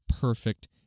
perfect